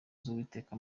z’uwiteka